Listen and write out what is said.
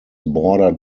bordered